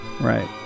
Right